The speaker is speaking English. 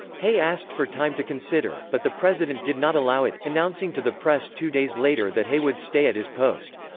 hay asked for time to consider, but the president did not allow it, announcing to the press two days later that hay would stay at his post.